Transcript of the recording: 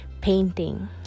painting